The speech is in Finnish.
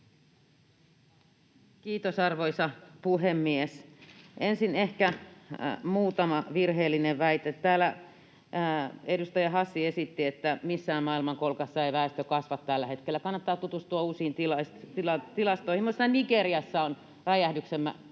Kiitos, arvoisa puhemies! Ensin ehkä muutamasta virheellisestä väitteestä: Täällä edustaja Hassi esitti, että missään maailmankolkassa ei väestö kasva tällä hetkellä: kannattaa tutustua uusiin tilastoihin, sillä muun muassa Nigeriassa on räjähdyksenomaisen